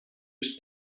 used